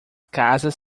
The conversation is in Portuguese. casas